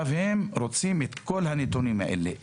הם רוצים את כל הנתונים האלה,